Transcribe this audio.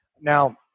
Now